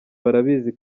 barabizi